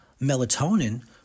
melatonin